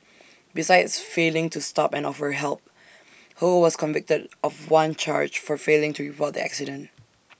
besides failing to stop and offer help ho was convicted of one charge for failing to report the accident